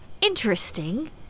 Interesting